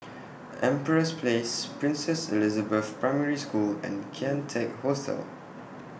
Empress Place Princess Elizabeth Primary School and Kian Teck Hostel